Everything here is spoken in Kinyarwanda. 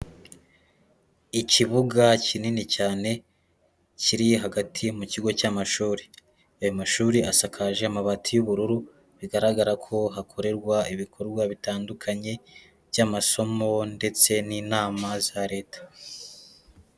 Ikibuga kinini cyane kiri hagati mu kigo cy'amashuri ayo mashuri asakaje amabati y'ubururu bigaragara ko hakorerwa ibikorwa bitandukanye by'amasomo ndetse n'inama za leta.